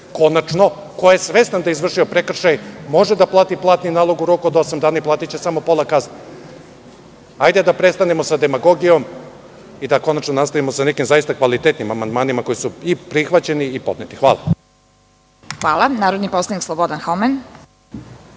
Konačno, ko je svestan da je izvršio prekršaj, može da plati platni nalog u roku od osam dana i platiće samo pola kazne. Hajde da prestanemo sa demagogijom i da konačno nastavimo sa nekim zaista kvalitetnim amandmanima koji su i prihvaćeni i podneti. Hvala. **Vesna Kovač** Hvala. Reč ima narodni poslanik Slobodan Homen.